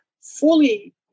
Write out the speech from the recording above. fully